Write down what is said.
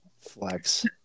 Flex